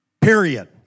period